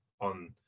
on